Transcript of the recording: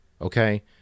Okay